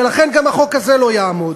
לכן גם החוק הזה לא יעמוד.